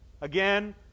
again